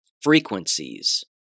Frequencies